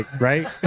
right